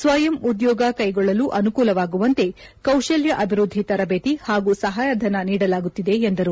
ಸ್ವಯಂ ಉದ್ಯೋಗ ಕೈಗೊಳ್ಳಲು ಅನುಕೂಲಾಗುವಂತೆ ಕೌಶಲ್ಯ ಅಭಿವೃದ್ದಿ ತೆರಬೇತಿ ಹಾಗೂ ಸಹಾಯಧನ ನೀಡಲಾಗುತ್ತಿದೆ ಎಂದರು